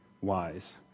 wise